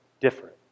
different